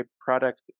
product